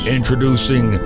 Introducing